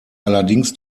allerdings